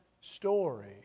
story